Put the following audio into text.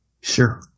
Sure